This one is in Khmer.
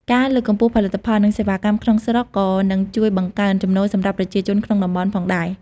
ការលើកកម្ពស់ផលិតផល និងសេវាកម្មក្នុងស្រុក ក៏នឹងជួយបង្កើនចំណូលសម្រាប់ប្រជាជនក្នុងតំបន់ផងដែរ។